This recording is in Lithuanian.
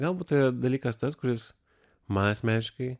galbūt tai yra dalykas tas kuris man asmeniškai